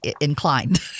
inclined